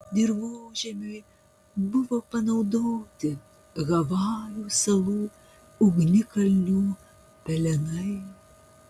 dirvožemiui buvo panaudoti havajų salų ugnikalnių pelenai